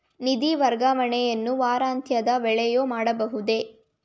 ನಿಧಿ ವರ್ಗಾವಣೆಯನ್ನು ವಾರಾಂತ್ಯದ ವೇಳೆಯೂ ಮಾಡಬಹುದೇ?